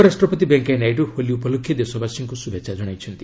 ଉପରାଷ୍ଟ୍ରପତି ଭେଙ୍କିୟାନାଇଡୁ ହୋଲି ଉପଲକ୍ଷେ ଦେଶବାସୀଙ୍କୁ ଶୁଭେଚ୍ଛା ଜଣାଇଛନ୍ତି